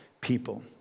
people